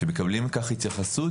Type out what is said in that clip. שמקבלים לכך התייחסות.